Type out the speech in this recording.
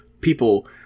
people